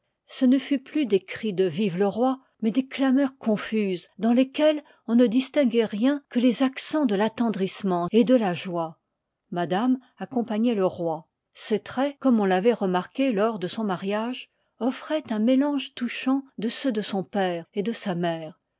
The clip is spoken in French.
ce ne fut plus des cris de vwe le roi mais des clameurs confuses dans lesquelles on ne distinguoit rien que le accens de l'attendrissement et de la joie madame accompagnoit le roi ses traits comme on l'avoit remarqué lors de son mariage offroient un mélange touchant de ceux de son père et de sa mère